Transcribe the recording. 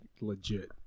legit